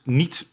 niet